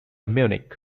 munich